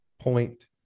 Point